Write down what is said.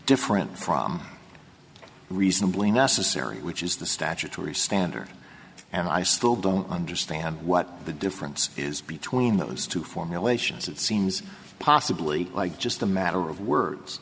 different from reasonably necessary which is the statutory standard and i still don't understand what the difference is between those two formulations it seems possibly like just a matter of words